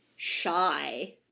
shy